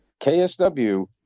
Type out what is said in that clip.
KSW